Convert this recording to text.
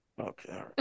Okay